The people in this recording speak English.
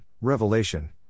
Revelation